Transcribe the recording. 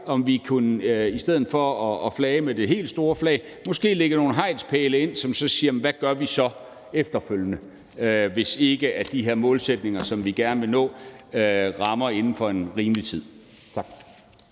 om vi i stedet for at flage med det helt store flag måske kunne sætte nogle hegnspæle ned, som siger, hvad vi så gør efterfølgende, hvis ikke de her målsætninger, som vi gerne vil nå, rammer inden for en rimelig tid. Tak.